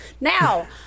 Now